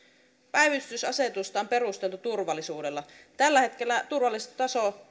päivystysasetusta on perusteltu turvallisuudella tällä hetkellä turvallisuustaso